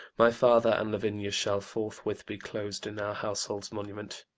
my father and lavinia shall forthwith be closed in our household's monument.